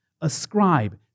ascribe